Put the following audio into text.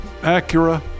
Acura